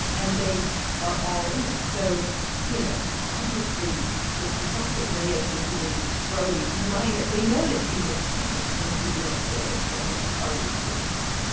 and they are all in so you know obviously the the fact that ray ah can even just throw these minor they know that she's a snake and that she's manipulated ship and she's already screwed her.